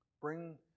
Bring